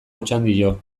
otxandio